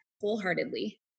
wholeheartedly